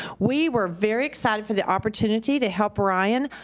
we were very excited for the opportunity to help ryan,